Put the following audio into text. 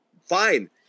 Fine